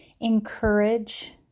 encourage